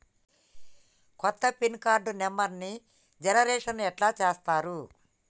కొత్త pin card నెంబర్ని generation ఎట్లా చేత్తరు?